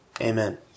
amen